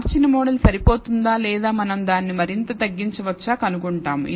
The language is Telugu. అమర్చిన మోడల్ సరిపోతుందా లేదా మనం దానిని మరింత తగ్గించవచ్చా కనుగొంటాము